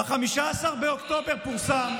ב-15 באוקטובר פורסם,